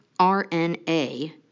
RNA